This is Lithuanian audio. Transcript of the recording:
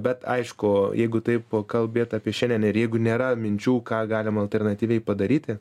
bet aišku jeigu taip kalbėt apie šiandien ir jeigu nėra minčių ką galim alternatyviai padaryti